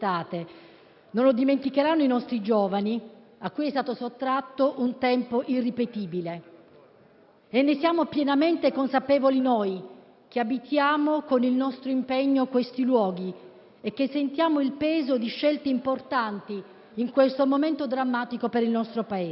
inaspettate, né i nostri giovani a cui è stato sottratto un tempo irripetibile. Ne siamo pienamente consapevoli noi che, con il nostro impegno, abitiamo questi luoghi e sentiamo il peso di scelte importanti in questo momento drammatico per il nostro Paese.